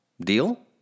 Deal